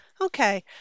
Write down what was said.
okay